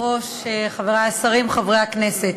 לטיפול בוועדת הפנים והגנת הסביבה.